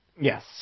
Yes